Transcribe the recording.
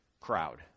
crowd